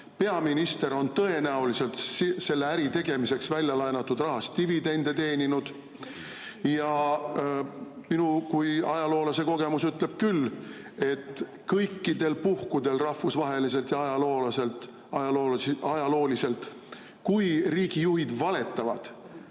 Peaminister on tõenäoliselt selle äri tegemiseks väljalaenatud rahalt dividende teeninud. Minu kui ajaloolase kogemus küll ütleb, et kõikidel puhkudel, rahvusvaheliselt ja ajalooliselt, kui riigijuhid valetavad